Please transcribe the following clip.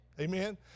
Amen